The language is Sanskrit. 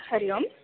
हरिः ओं